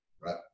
right